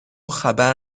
خبر